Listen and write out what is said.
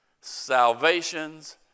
salvation's